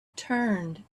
turned